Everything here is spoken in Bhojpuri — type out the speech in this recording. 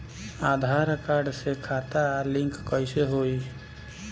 आधार कार्ड से खाता लिंक कईसे होई?